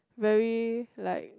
very like